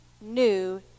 new